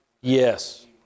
Yes